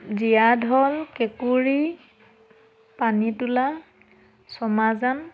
জীয়া ঢল কেঁকুৰি পানীতোলা ছমাজান